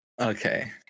Okay